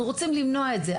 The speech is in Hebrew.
אנחנו רוצים למנוע את זה.